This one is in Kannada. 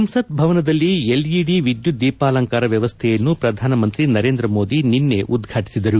ಸಂಸತ್ ಭವನದಲ್ಲಿ ಎಲ್ಇಡಿ ವಿದ್ಯುತ್ ದೀಪಾಲಂಕಾರ ವ್ಯವಸ್ಥೆಯನ್ನು ಪ್ರಧಾನಮಂತ್ರಿ ನರೇಂದ್ರ ಮೋದಿ ನಿನ್ನೆ ಉದ್ವಾಟಿಸಿದರು